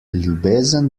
ljubezen